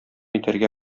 итәргә